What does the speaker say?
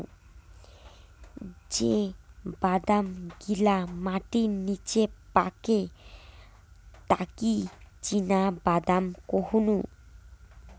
যে বাদাম গিলা মাটির নিচে পাকে তাকি চীনাবাদাম কুহু